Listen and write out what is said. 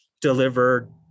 delivered